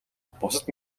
бусад